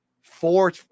four